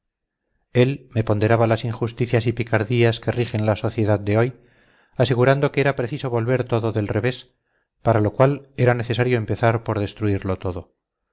él me ponderaba las injusticias y picardías que rigen a la sociedad de hoy asegurando que era preciso volver todo del revés para lo cual era necesario empezar por destruirlo todo